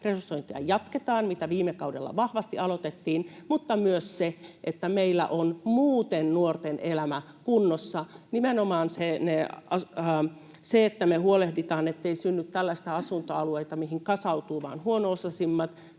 resursointia, mitä viime kaudella vahvasti aloitettiin — mutta myös, että meillä on muuten nuorten elämä kunnossa. Nimenomaan se, että me huolehditaan, ettei synny tällaisia asuntoalueita, mihin kasautuvat vain huono-osaisimmat,